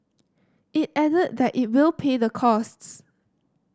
it added that it will pay the costs